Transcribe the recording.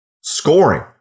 scoring